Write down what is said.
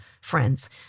friends